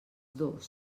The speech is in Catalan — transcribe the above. dos